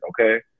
okay